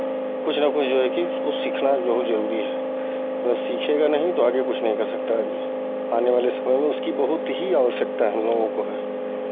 कुछ ना कुछ जो है की कुछ सीखना बहुत ज़रूरी है अगर सीखेगा नहीं तो आगे कुछ नहीं कर सकता है आदमी आने वाले समय में उसकी बहुत ही आवश्यकता हम लोगों को है